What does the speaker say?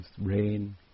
rain